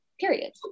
period